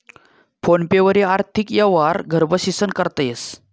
phone पे वरी आर्थिक यवहार घर बशीसन करता येस